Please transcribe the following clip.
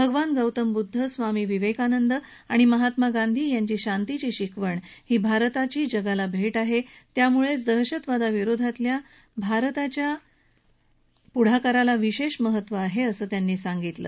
भगवान गौतम बुद्ध स्वामी विवेकानंद आणि महात्मा गांधी यांची शांतीची शिकवण ही भारताची जगाला भेट आहे त्यामुळेच दहशतवादा विरोधात भारताच्या पुढाकाराला विशेष महत्त्व आहे असं त्यांनी सांगितलं